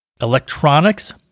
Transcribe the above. Electronics